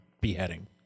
beheading